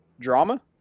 Drama